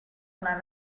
una